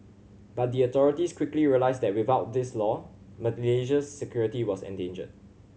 but the authorities quickly realised that without this law Malaysia's security was endangered